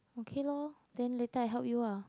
okay lor then later I help you ah